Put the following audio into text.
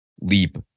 leap